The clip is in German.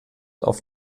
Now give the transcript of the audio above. auf